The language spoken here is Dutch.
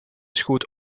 schoot